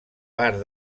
part